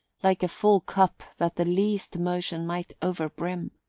like a full cup that the least motion might overbrim.